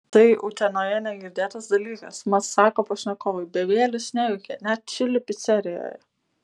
tai utenoje negirdėtas dalykas mat sako pašnekovai bevielis neveikia net čili picerijoje